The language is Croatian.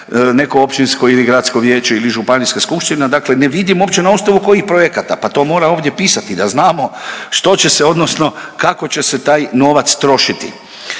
neko općinsko ili gradsko vijeće ili županijska skupština, dakle ne vidim uopće na osnovu kojih projekata, pa to mora ovdje pisati da znamo što će se odnosno kako će se taj novac trošiti.